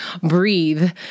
breathe